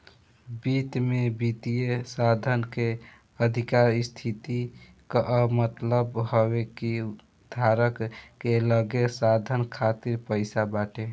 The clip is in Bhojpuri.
वित्त में वित्तीय साधन के अधिका स्थिति कअ मतलब हवे कि धारक के लगे साधन खातिर पईसा बाटे